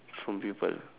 from people